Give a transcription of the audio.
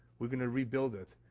we're going to rebuild it.